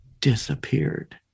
disappeared